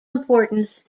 importance